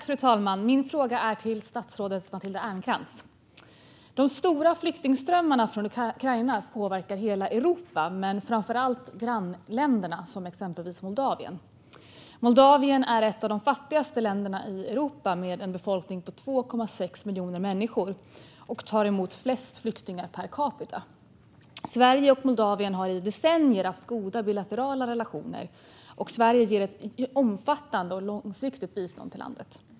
Fru talman! Jag har en fråga till statsrådet Matilda Ernkrans. De stora flyktingströmmarna från Ukraina påverkar hela Europa men framför allt grannländerna, exempelvis Moldavien. Moldavien är ett av de fattigaste länderna i Europa med en befolkning på 2,6 miljoner människor, och de tar emot flest flyktingar per capita. Sverige och Moldavien har i decennier haft goda bilaterala relationer, och Sverige ger ett omfattande och långsiktigt bistånd till landet.